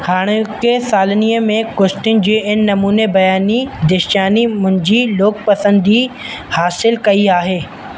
हाणोकि सालनीअ में कुश्तिनि जे इन नमूने बयानी दिशिचानी मुंहिंजी लोक पसंदी हासिलु कई आहे